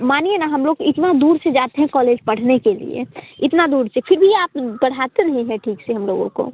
मानिए ना हम लोग इतना दूर से जाते हैं कौलेज पढ़ने के लिए इतना दूर से फिर भी आप पढ़ाते नहीं हैं ठीक से हम लोगों को